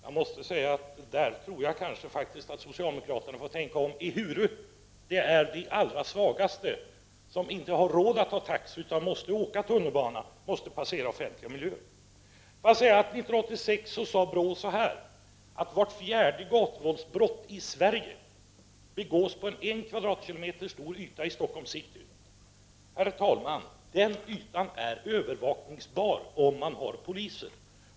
I denna fråga tror jag faktiskt att socialdemokraterna får tänka om, eftersom det är de allra svagaste som inte har råd att ta taxi utan måste åka tunnelbana, måste passera offentliga miljöer. År 1986 sade man från BRÅ att vart fjärde gatuvåldsbrott i Sverige begås på en en kvadratkilometer stor yta i Stockholms City. Herr talman! Den ytan är övervakningsbar om man har poliser.